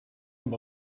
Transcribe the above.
amb